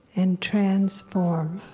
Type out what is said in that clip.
and transform